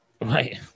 Right